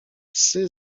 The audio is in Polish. psy